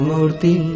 Murti